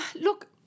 look